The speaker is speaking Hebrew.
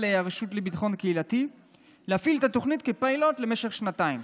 הרשות לביטחון קהילתי להפעיל את התוכנית כפיילוט למשך שנתיים.